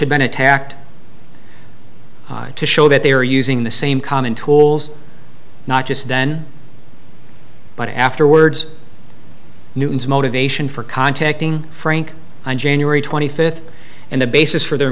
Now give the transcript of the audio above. had been attacked to show that they were using the same common tools not just then but afterwards newton's motivation for contacting frank on january twenty fifth and the basis for their